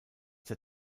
der